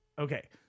Okay